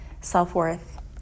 self-worth